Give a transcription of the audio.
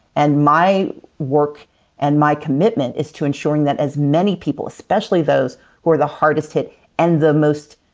and my work and my commitment is to ensuring that as many people, especially those who are the hardest hit and the most